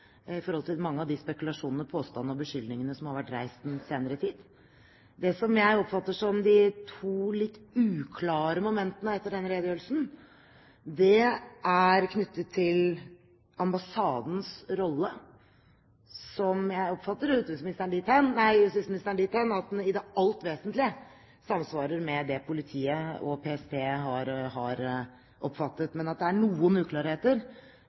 i forhold til mange av de spekulasjonene, påstandene og beskyldningene som har vært reist i den senere tid. Det som jeg oppfatter som de to litt uklare momentene etter denne redegjørelsen, er knyttet til ambassadens rolle. Jeg oppfatter justisministeren dit hen at den i det alt vesentlige samsvarer med det politiet og PST har oppfattet, men at det er noen uklarheter